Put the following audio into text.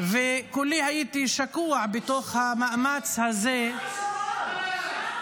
כולי הייתי שקוע בתוך המאמץ הזה --- אפשר לשמוע?